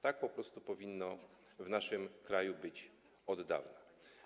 Tak po prostu powinno w naszym kraju być od dawna.